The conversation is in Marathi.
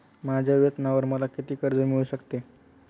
माझ्या वेतनावर मला किती कर्ज मिळू शकते?